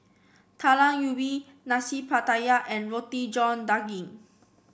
Talam Ubi Nasi Pattaya and Roti John Daging